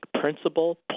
principal